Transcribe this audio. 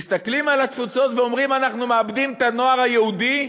מסתכלים על התפוצות ואומרים: אנחנו מאבדים את הנוער היהודי,